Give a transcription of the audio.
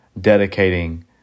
dedicating